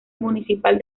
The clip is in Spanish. municipal